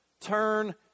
turn